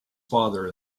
father